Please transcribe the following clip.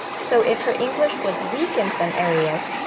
so, if her english was weak in some areas,